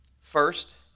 First